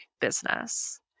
business